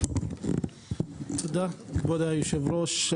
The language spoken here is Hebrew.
כבוד היושב-ראש,